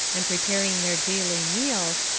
and preparing their daily meals,